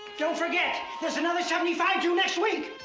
don't forget. there's another seventy five due next week.